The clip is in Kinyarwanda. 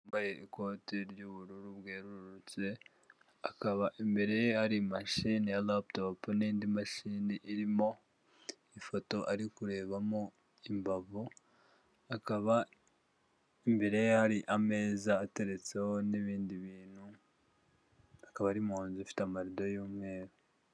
Umugore wambaye ikote ry'ubururu bwerurutse hakaba imbere ye hhari mashini ya laputopu n'indi mashini irimo ifoto ari kurebamo imbavu akaba imbere yari ameza ateretseho n'ibindi bintu akaba ari umuhanzi ufite amarido y'umweru.